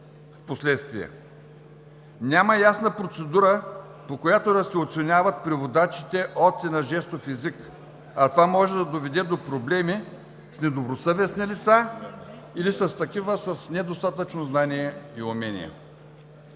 Няма ясна процедура, по която да се оценяват преводачите от и на жестов език, а това може да доведе до проблеми с недобросъвестни лица или с такива с недостатъчно знания и умения.